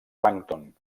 plàncton